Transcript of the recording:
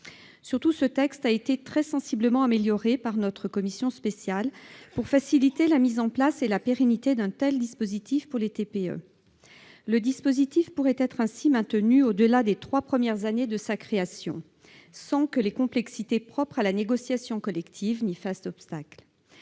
Surtout, ce texte a été très sensiblement amélioré par notre commission spéciale pour faciliter la mise en place et la pérennité d'un tel dispositif pour les TPE. Le dispositif pourrait être ainsi maintenu au-delà des trois premières années de sa création, sans que les complexités propres à la négociation collective y fassent obstacle.